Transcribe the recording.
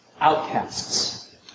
outcasts